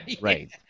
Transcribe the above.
right